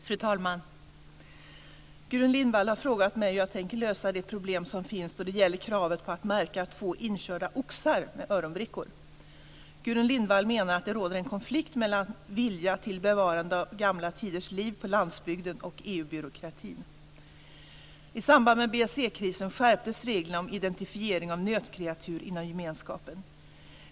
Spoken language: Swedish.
Fru talman! Gudrun Lindvall har frågat mig hur jag tänker lösa de problem som finns då det gäller kravet på att märka två inkörda oxar med öronbrickor. Gudrun Lindvall menar att det råder en konflikt mellan vilja till bevarande av gamla tiders liv på landsbygden och EU-byråkratin. I samband med BSE-krisen skärptes reglerna om identifiering av nötkreatur inom gemenskapen.